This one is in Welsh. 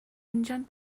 injan